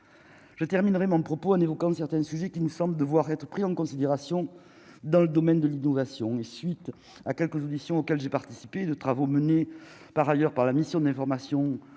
je terminerai mon propos n'évoquant de certains sujets qui nous sommes, devoir être pris en considération dans le domaine de l'innovation suite à quelques conditions auxquelles j'ai participé de travaux menés par ailleurs par la mission d'information